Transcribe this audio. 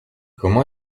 comment